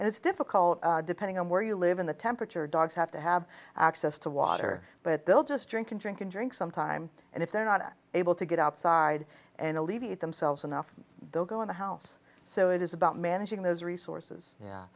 and it's difficult depending on where you live in the temperature dogs have to have access to water but they'll just drink and drink and drink some time and if they're not able to get outside and alleviate themselves enough they'll go in the house so it is about managing those resources yeah